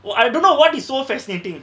I don't know what is so fascinating